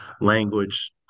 language